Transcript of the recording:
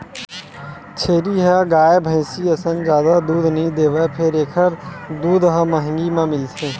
छेरी ह गाय, भइसी असन जादा दूद नइ देवय फेर एखर दूद ह महंगी म मिलथे